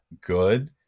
good